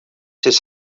has